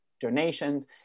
donations